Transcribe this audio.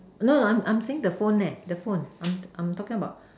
no I'm I'm saying the phone leh the phone I'm I'm talking about